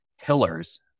pillars